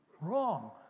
wrong